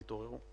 תתעוררו.